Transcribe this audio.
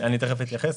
אני תיכף אתייחס,